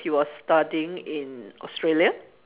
he was studying in Australia